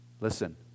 Listen